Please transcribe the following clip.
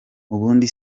ubundi